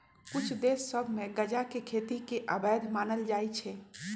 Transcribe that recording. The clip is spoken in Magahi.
कुछ देश सभ में गजा के खेती के अवैध मानल जाइ छै